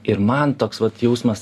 ir man toks vat jausmas